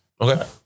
Okay